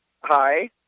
Hi